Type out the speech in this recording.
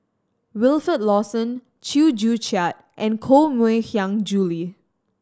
Wilfed Lawson Chew Joo Chiat and Koh Mui Hiang Julie